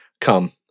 come